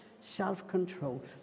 self-control